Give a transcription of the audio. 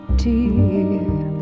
dear